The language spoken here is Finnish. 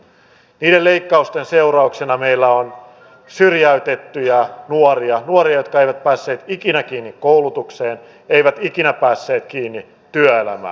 niiden leikkausten seurauksena meillä on syrjäytettyjä nuoria nuoria jotka eivät päässeet ikinä kiinni koulutukseen eivät ikinä päässeet kiinni työelämään